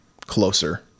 closer